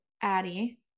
Addie